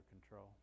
control